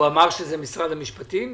הוא אמר שזה משרד המשפטים?